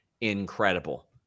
incredible